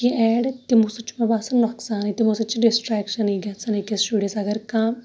یہِ ایڈ تِمو سۭتۍ چھُ مےٚ باسان نۄقصانٕے تِمو سۭتۍ چھِ ڈسٹریکشَنٕے گَژھان أکِس شُرِس اگر کانہہ